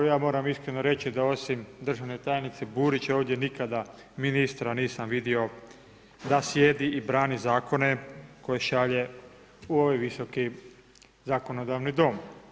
Ja moram iskreno reći da osim državne tajnice Burić ovdje nikada ministra nisam vidio da sjedi i brani zakone koje šalje u ovaj visoki zakonodavni dom.